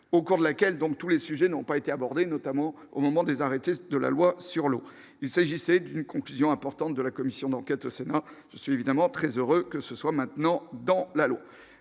au cours de laquelle donc tous les sujets n'ont pas été abordés, notamment au moment des arrêtés de la loi sur l'eau, il s'agissait d'une conclusion importante de la commission d'enquête au Sénat je suis évidemment très heureuse que ce soit maintenant dans la loi,